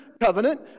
covenant